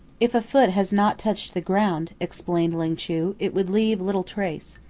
if a foot has not touched the ground, explained ling chu, it would leave little trace.